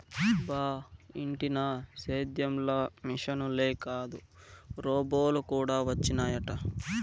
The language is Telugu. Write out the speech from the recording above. బా ఇంటినా సేద్యం ల మిశనులే కాదు రోబోలు కూడా వచ్చినయట